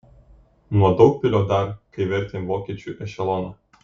nuo daugpilio dar kai vertėm vokiečių ešeloną